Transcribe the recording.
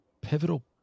pivotal